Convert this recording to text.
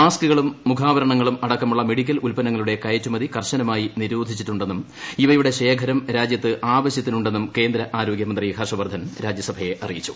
മാസ്കുകളും മുഖാവരണങ്ങളും അടക്കമുള്ള മെഡിക്കൽ ഉത്പന്നങ്ങളുടെ കയറ്റുമതി കർശനമായി നിരോധിച്ചിട്ടുടെ ന്നും ഇവയുടെ ശേഖരം രാജ്യത്ത് ആവശ്യത്തിനു ന്നും കേന്ദ്ര ആരോഗ്യ മന്ത്രി ഹർഷ് വർദ്ധൻ രാജ്യസഭയെ അറിയിച്ചു